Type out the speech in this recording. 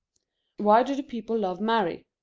why do the people love mary?